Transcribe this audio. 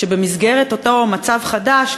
שבמסגרת אותו מצב חדש,